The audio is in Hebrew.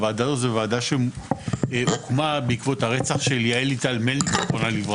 הוועדה הזאת היא ועדה שהוקמה בעקבות הרצח של יעל ליטל מלניק ז"ל,